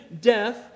death